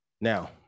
Now